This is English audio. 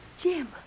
Jim